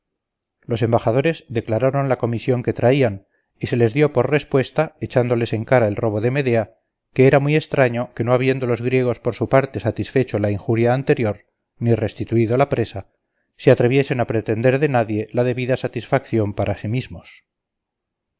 los embajadores declararon la comisión que traían y se les dio por respuesta echándoles en cara el robo de medea que era muy extraño que no habiendo los griegos por su parte satisfecho la injuria anterior ni restituido la presa se atreviesen a pretender de nadie la debida satisfacción para sí mismos